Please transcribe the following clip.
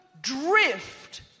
drift